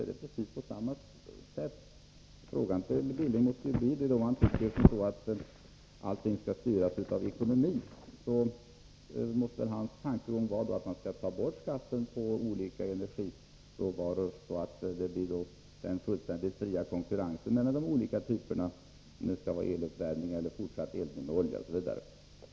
Frågan till Knut Billing måste bli om han tycker att allting skall styras av ekonomin. Hans tankegång måste vara att man skall ta bort skatten på olika energiråvaror och låta den fria konkurrensen mellan de olika typerna avgöra om det skall vara fortsatt eluppvärmning, fortsatt eldning med olja osv.